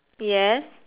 yes